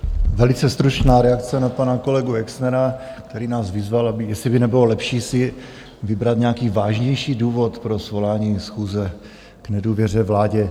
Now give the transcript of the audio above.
Velice stručná reakce na pana kolegu Exnera, který nás vyzval, jestli by nebylo lepší si vybrat nějaký vážnější důvod pro svolání schůze k nedůvěře vládě.